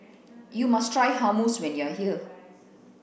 you must try Hummus when you are here